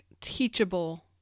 Teachable